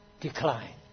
decline